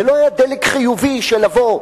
זה לא היה דלק חיובי של לבוא,